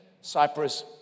Cyprus